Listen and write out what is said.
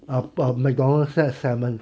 about McDonald's set salmon